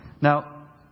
Now